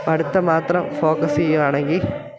പഠിത്തം മാത്രം ഫോക്കസ് ചെയ്യുകയാണെങ്കിൽ